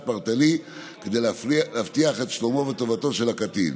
פרטני כדי להבטיח את שלומו ואת טובתו של הקטין.